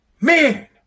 Man